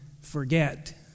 forget